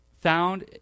found